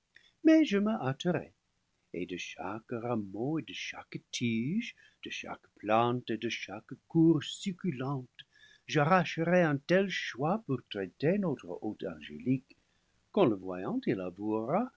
mais je me hâterai et de chaque rameau et de chaque tige de chaque plante et de chaque courge succulente j'arracherai un tel choix pour traiter notre hôte angélique qu'en le voyant il